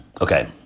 okay